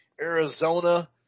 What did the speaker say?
Arizona